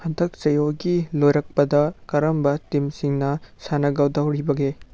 ꯍꯟꯗꯛ ꯆꯌꯣꯜꯒꯤ ꯂꯣꯏꯔꯛꯄꯗ ꯀꯔꯝꯕ ꯇꯤꯝꯁꯤꯡꯅ ꯁꯥꯟꯅꯒꯗꯧꯔꯤꯕꯒꯦ